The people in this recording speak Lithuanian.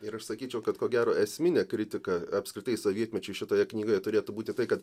ir aš sakyčiau kad ko gero esminė kritika apskritai sovietmečiui šitoje knygoje turėtų būti tai kad